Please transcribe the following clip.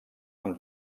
amb